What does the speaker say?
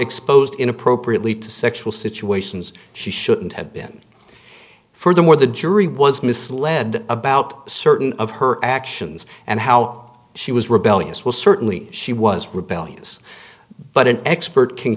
exposed in appropriately to sexual situations she shouldn't have been furthermore the jury was misled about certain of her actions and how she was rebellious was certainly she was rebellious but an expert can